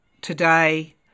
today